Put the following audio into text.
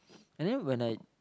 and then when I